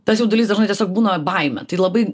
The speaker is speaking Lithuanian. tas jaudulys dažnai tiesiog būna baimė tai labai